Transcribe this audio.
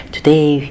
Today